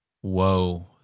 Whoa